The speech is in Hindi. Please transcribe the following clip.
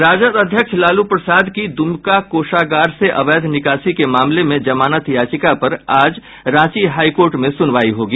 राजद अध्यक्ष लालू प्रसाद की दुमका कोषागार से अवैध निकासी के मामले में जमानत याचिका पर आज रांची हाईकोर्ट में सुनवाई होगी